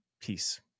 peace